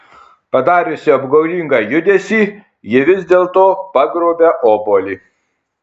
padariusi apgaulingą judesį ji vis dėlto pagrobia obuolį